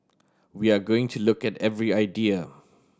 we are going to look at every idea